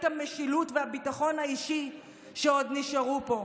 המשילות והביטחון האישי שעוד נשארו פה.